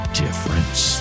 difference